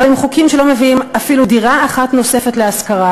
אבל הם חוקים שלא מביאים אפילו דירה אחת נוספת להשכרה.